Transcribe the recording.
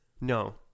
No